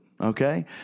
okay